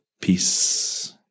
peace